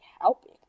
helping